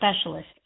specialist